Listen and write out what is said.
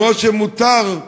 כמו שמותר,